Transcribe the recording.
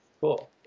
Cool